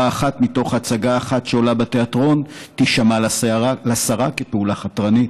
אחת מתוך הצגה אחת שעולה בתיאטרון תישמע לשרה כפעולה חתרנית.